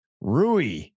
Rui